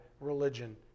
religion